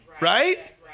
Right